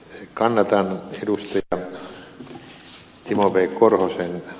kannatan tätä edustaja timo v